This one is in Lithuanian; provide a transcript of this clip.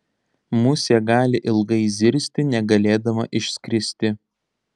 musė gali ilgai zirzti negalėdama išskristi